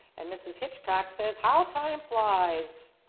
and mrs. hitchcock says, how time flies.